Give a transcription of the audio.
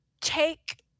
take